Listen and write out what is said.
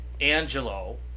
Angelo